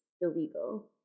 illegal